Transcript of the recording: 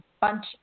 bunch